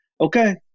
okay